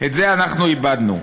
את זה אנחנו איבדנו.